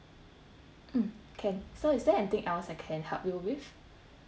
mm can so is there anything else I can help you with